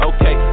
Okay